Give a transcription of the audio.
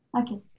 okay